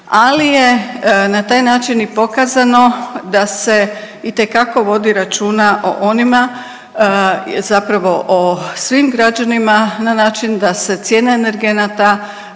ali je na taj način i pokazano da se itekako vodi računa o onima, zapravo o svim građanima na način da se cijene energenata